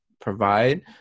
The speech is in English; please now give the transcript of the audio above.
provide